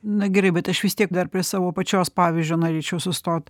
na gerai bet aš vis tiek dar prie savo pačios pavyzdžio norėčiau sustot